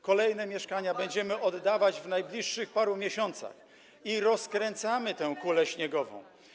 Kolejne mieszkania będziemy oddawać w najbliższych paru miesiącach i rozkręcamy tę kulę śniegową.